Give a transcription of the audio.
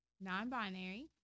non-binary